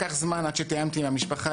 לקח זמן עד שתיאמתי עם המשפחה,